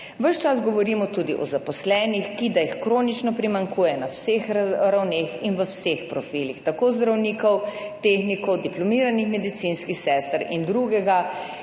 Ves čas govorimo tudi o zaposlenih, ki da jih kronično primanjkuje na vseh ravneh in v vseh profilih, tako zdravnikov, tehnikov, diplomiranih medicinskih sester in drugega